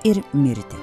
ir mirtį